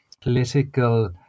political